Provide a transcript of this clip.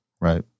right